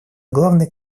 главный